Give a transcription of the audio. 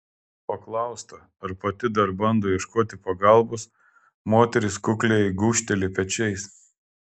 paklausta ar pati dar bando ieškoti pagalbos moteris kukliai gūžteli pečiais